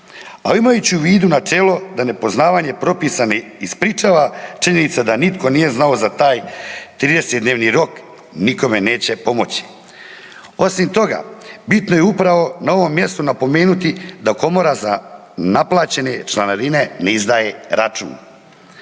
a imajući na umu načelo da nepoznavanje propisa ne ispričava činjenica da nitko nije znao za taj 30-dnevni rok nikome neće pomoći. Osim toga bitno je upravo na ovom mjestu napomenuti da komora za naplaćene članarine ne izdaje račun.